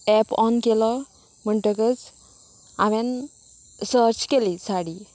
app on केलो म्हणटकच हांवेन सर्च केली साडी